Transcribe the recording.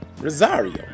Rosario